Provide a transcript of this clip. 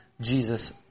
Jesus